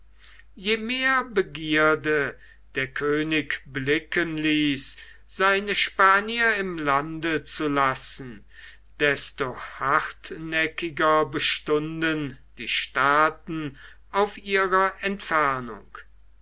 je mehr begierde der könig blicken ließ seine spanier im lande zu lassen desto hartnäckiger bestunden die staaten auf ihrer entfernung